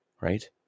right